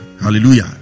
hallelujah